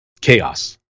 chaos